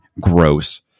Gross